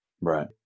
Right